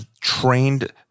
trained